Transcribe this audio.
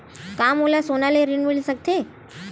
का मोला सोना ले ऋण मिल सकथे?